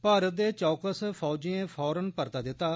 भारत दे चौकस फौजिएं फौरन परता दित्ता